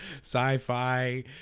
sci-fi